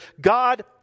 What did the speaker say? God